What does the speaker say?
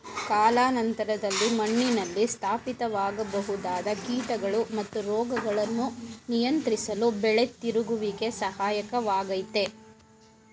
ಕಾಲಾನಂತರದಲ್ಲಿ ಮಣ್ಣಿನಲ್ಲಿ ಸ್ಥಾಪಿತವಾಗಬಹುದಾದ ಕೀಟಗಳು ಮತ್ತು ರೋಗಗಳನ್ನು ನಿಯಂತ್ರಿಸಲು ಬೆಳೆ ತಿರುಗುವಿಕೆ ಸಹಾಯಕ ವಾಗಯ್ತೆ